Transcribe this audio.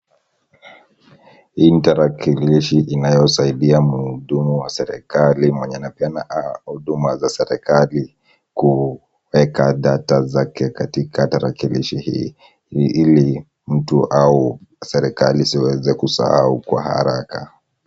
Hii ni tarakilishi inayosaidia mhudumu wa serikali mwenye anapeana huduma za seriali kuweka data zake katika tarakilishi hii, li mtu au serikali ziweze kusahau kwa haraka.